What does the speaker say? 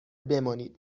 بمانید